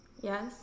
Yes